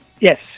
Yes